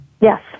Yes